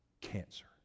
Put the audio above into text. cancer